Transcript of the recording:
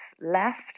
left